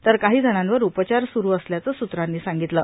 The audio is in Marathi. तर काही जणांवर उपचार स्रू असल्याचं सूत्रांनी सांगितलं